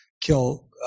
kill